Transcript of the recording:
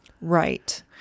right